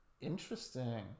interesting